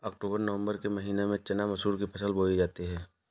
अक्टूबर नवम्बर के महीना में चना मसूर की फसल बोई जाती है?